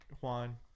juan